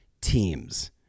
teams